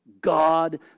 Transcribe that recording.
God